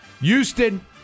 Houston